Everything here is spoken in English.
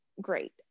great